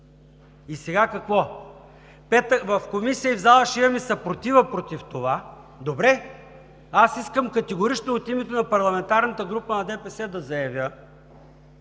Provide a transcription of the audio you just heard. И сега – какво? В Комисията и в залата ще имаме съпротива против това. Добре. Аз искам категорично от името на парламентарната група на ДПС да заявя,